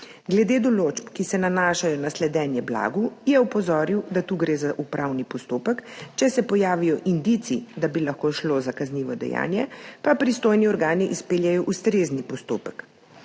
Glede določb, ki se nanašajo na sledenje blagu, je opozoril, da gre tu za upravni postopek, če se pojavijo indici, da bi lahko šlo za kaznivo dejanje, pa pristojni organi izpeljejo ustrezni postopek.